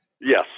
Yes